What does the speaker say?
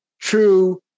true